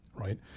Right